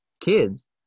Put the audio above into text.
kids